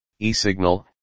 eSignal